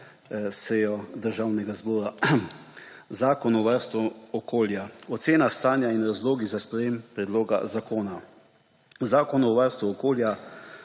sejo Državnega zbora! Zakon o varstvu okolja, ocena stanja in razlogi za sprejem predloga zakona. Zakon o varstvu okolja